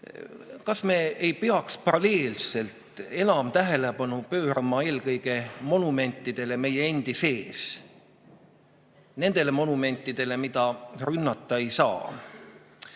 kas me ei peaks paralleelselt enam tähelepanu pöörama eelkõige monumentidele meie endi sees? Nendele monumentidele, mida rünnata ei